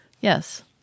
Yes